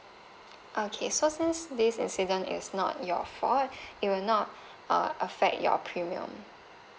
okay so since this incident is not your fault it will not uh affect your pemium